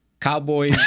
Cowboy